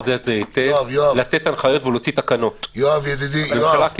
יודע את זה היטב לתת הנחיות ולהוציא תקנות אבל הממשלה כן.